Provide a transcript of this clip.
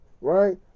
right